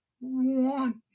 Want